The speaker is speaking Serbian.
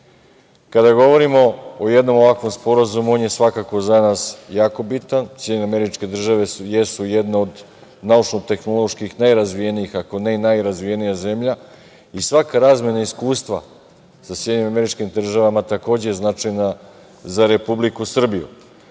govorimo o jednom ovakvom sporazumu on je svakako za nas jako bitan. Sjedinjene Američke Države jesu jedna od naučno-tehnoloških najrazvijenijih, ako ne i najrazvijenija zemlja i svaka razmena iskustva sa SAD takođe je značajna za Republiku Srbiju. Ono